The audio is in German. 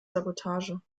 sabotage